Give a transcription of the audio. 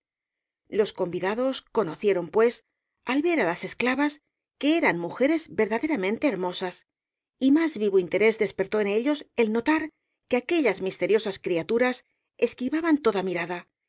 los convidados conocieron pues al ver á las esclavas que eran mujeres admirablemente hermosas y más vivo interés despertó en ellos el notar que aquellas misteriosas criaturas esquivaban toda mirada